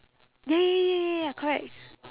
ya ya ya ya ya correct